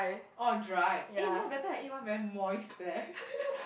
orh dry eh no the time I eat one very moist leh